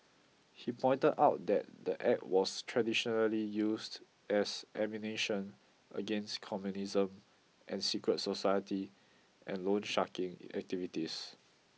he pointed out that the act was traditionally used as ammunition against communism and secret society and loansharking activities